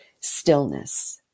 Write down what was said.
stillness